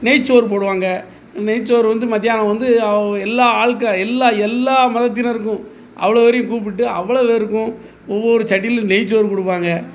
நெய்சோறு போடுவாங்க நெய்சோறு வந்து மதியானம் வந்து அவங்க எல்லா ஆட்கள் எல்லா எல்லா மதத்தினருக்கும் அவ்வளோ பேரையும் கூப்பிட்டு அவ்வளோ பேருக்கும் ஒவ்வொரு சட்டியில் நெய்சோறு கொடுப்பாங்க